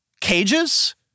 cages